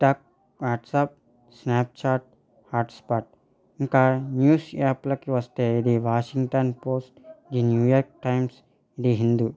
TikTok WhatsApp Snapchat hotspot ఇంకా news యాప్లకి వస్తే the Washington Post the New York Times the Hindu